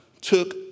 took